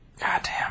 goddamn